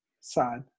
sad